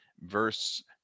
verse